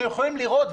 אתם יכולים לראות.